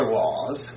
laws